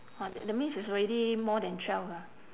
orh that that means it's already more than twelve ah